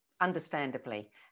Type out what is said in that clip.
understandably